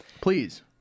Please